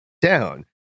down